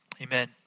Amen